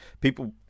people